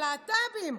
הלהט"בים,